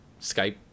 Skype